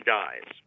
dies